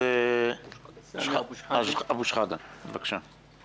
הכנסת אבו שחאדה, בקשה.